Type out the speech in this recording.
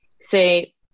say